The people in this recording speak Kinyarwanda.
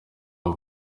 abo